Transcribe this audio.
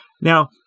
now